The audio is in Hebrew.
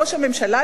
ראש הממשלה,